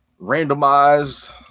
randomized